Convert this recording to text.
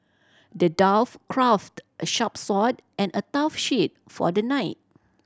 the dwarf crafted a sharp sword and a tough shield for the knight